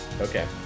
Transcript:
okay